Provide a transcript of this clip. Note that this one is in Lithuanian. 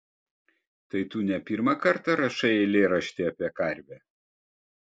tai tu ne pirmą kartą rašai eilėraštį apie karvę